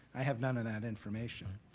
i have none of that information.